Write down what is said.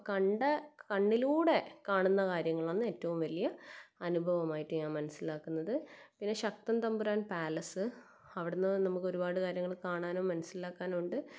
അപ്പം കണ്ട കണ്ണിലൂടെ കാണുന്ന കാര്യങ്ങളാണ് ഏറ്റവും വലിയ അനുഭവമായിട്ട് ഞാൻ മനസ്സിലാക്കുന്നത് പിന്നെ ശക്തൻ തമ്പുരാൻ പാലസ് അവിടെ നിന്ന് നമുക്ക് ഒരുപാട് കാര്യങ്ങൾ കാണാനും മനസ്സിലാക്കാനുമുണ്ട്